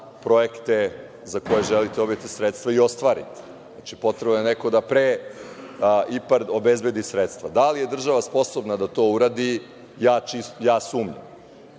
projekte za koje želite da dobijete sredstva i ostvarite. Znači, potrebno je da neko pre IPARD obezbedi sredstva. Da li je država sposobna da to uradi, ja sumnjam.